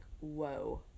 whoa